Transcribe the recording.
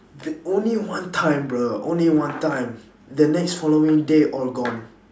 the only one time bro only one time the next following day all gone